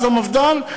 אז המפד"ל,